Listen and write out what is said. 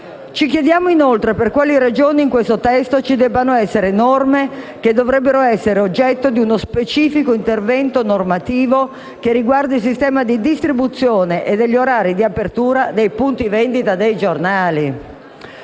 Ci chiediamo inoltre per quali ragioni in questo testo ci debbano essere norme che dovrebbero essere oggetto di uno specifico intervento normativo che riguardi il sistema di distribuzione e gli orari di apertura dei punti di vendita dei giornali.